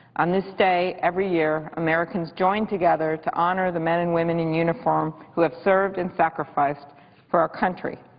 on this day every year, americans join together to honor the men and women in uniform who have served and sacrificed for our country.